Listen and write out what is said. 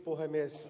puhemies